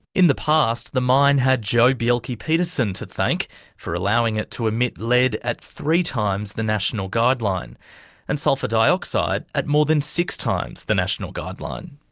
in the past, the mine had joh bjelke-petersen to thank for allowing it to emit lead at three times the national guideline and sulphur dioxide at more than six times the national guideline.